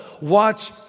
Watch